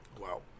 Wow